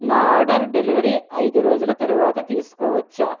నా order delivery ఐదు రోజుల తరువాత తీసుకోవచ్చా